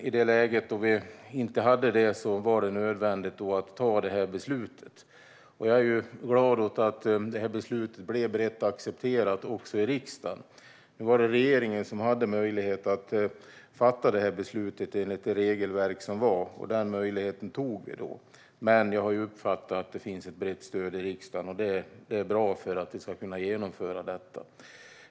I det läge då vi inte hade det var det nödvändigt att ta detta beslut, och jag är glad att detta beslut blev brett accepterat också i riksdagen. Det var regeringen som hade möjligheten att fatta beslutet, enligt det regelverk som var, och den möjligheten tog vi. Men jag har som sagt uppfattat att det finns ett brett stöd i riksdagen, och det är bra för att vi ska kunna genomföra detta.